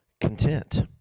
content